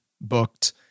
booked